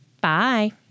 bye